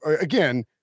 again